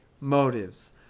motives